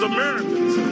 Americans